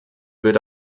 wird